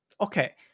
Okay